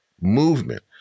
movement